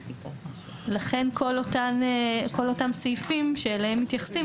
לכן כל אותם סעיפים אליהם מתייחסים,